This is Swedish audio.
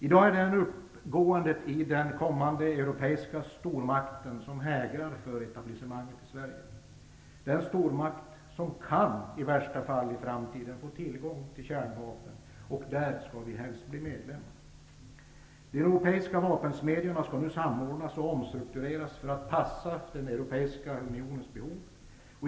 I dag är det uppgåendet i den kommande europeiska stormakten som hägrar för etablissemanget Sverige; den stormakt som i framtiden, i värsta fall, kan få tillgång till kärnvapen -- där vill vi bli medlem. De europeiska vapensmedjorna skall nu samordnas och omstruktureras för att passa den europeiska unionens behov.